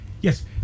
yes